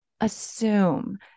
assume